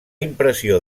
impressió